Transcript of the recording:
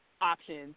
options